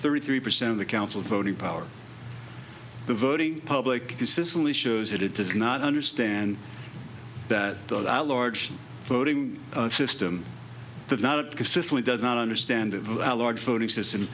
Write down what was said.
thirty three percent of the council voting power the voting public only shows that it does not understand that a large voting system does not consistently does not understand of our large voting system